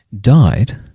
died